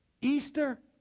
Easter